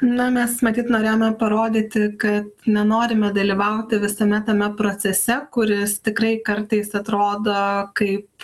na mes matyt norėjome parodyti kad nenorime dalyvauti visame tame procese kuris tikrai kartais atrodo kaip